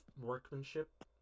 workmanship